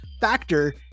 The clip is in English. Factor